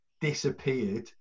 disappeared